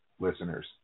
listeners